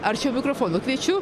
arčiau mikrofono kviečiu